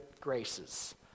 graces